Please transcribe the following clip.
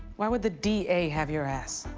why would the d a. have your ass?